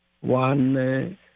one